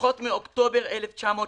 לפחות מאוקטובר 1980,